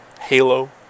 Halo